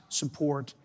support